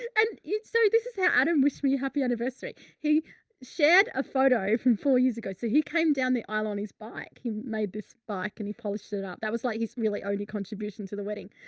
and it's so this is how i don't wish me happy anniversary. he shared a photo from four years ago, so he came down the aisle on his bike. he made this bike and he polished it up. that was like, he's really only contribution to the wedding,